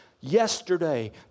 yesterday